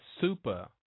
Super